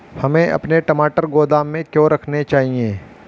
हमें अपने टमाटर गोदाम में क्यों रखने चाहिए?